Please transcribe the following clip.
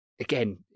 Again